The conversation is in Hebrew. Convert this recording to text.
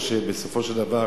שבסופו של דבר